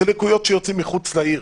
אלה לקויות שיוצאים מחוץ לעיר.